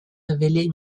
révélé